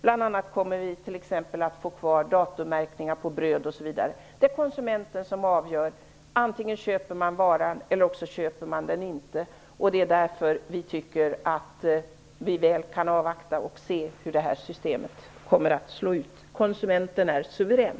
Vi kommer bl.a. att få kvar datummärkningen av bröd osv. Det är konsumenten som avgör. Antingen köper man varan, eller också köper man den inte. Det är därför vi tycker att vi kan avvakta och se hur systemet kommer att slå. Konsumenten är suverän.